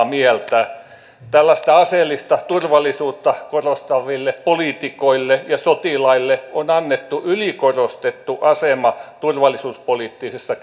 mieltä tällaista aseellista turvallisuutta korostaville poliitikoille ja sotilaille on annettu ylikorostettu asema turvallisuuspoliittisessa